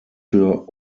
für